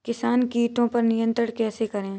किसान कीटो पर नियंत्रण कैसे करें?